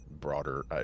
broader